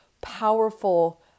powerful